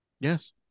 Yes